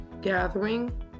gathering